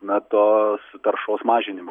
na tos taršos mažinimo